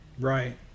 right